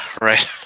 right